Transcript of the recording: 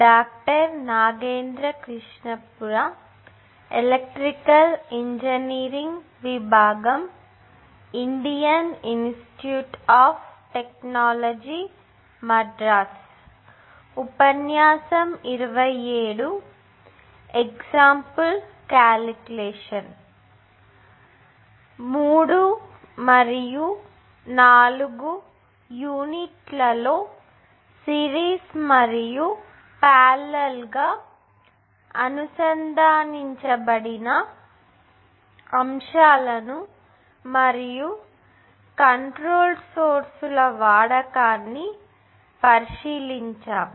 3 మరియు 4 యూనిట్లలో సిరీస్ మరియు పారలెల్ గా అనుసంధానించబడిన అంశాలను మరియు కంట్రోల్డ్ సోర్స్ ల వాడకాన్ని పరిశీలించాము